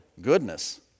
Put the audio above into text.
Goodness